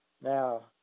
Now